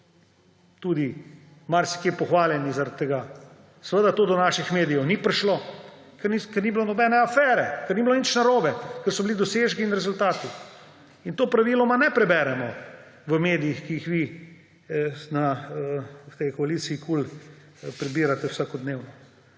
tudi marsikje pohvaljeni zaradi tega. Seveda to do naših medijev ni prišlo, ker ni bilo nobene afere, ker ni bilo nič narobe, ker so bili dosežki in rezultati. In tega praviloma ne preberemo v medijih, ki jih vi v tej koaliciji KUL prebirate vsakodnevno.